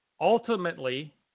ultimately